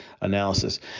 analysis